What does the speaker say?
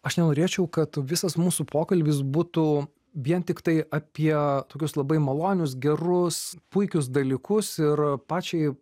aš nenorėčiau kad visas mūsų pokalbis būtų vien tiktai apie tokius labai malonius gerus puikius dalykus ir pačiai